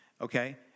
okay